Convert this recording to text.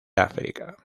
áfrica